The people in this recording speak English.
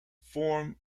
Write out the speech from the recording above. form